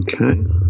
Okay